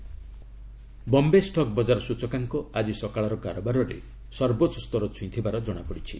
Sensex Bombay stock ବଜାର ସୂଚକାଙ୍କ ଆଜି ସକାଳର କାରବାରରେ ସର୍ବୋଚ୍ଚ ସ୍ତର ଛୁଇଁଥିବାର ଜଣାପଡିଛି